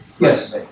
Yes